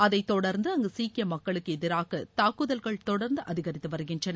அதைத் தொடர்ந்து அங்கு சீக்கிய மக்களுக்கு எதிராக தாக்குதல்கள் தொடர்ந்து அதிகரித்து வருகின்றன